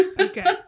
okay